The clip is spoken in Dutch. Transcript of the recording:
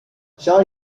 zal